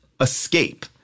escape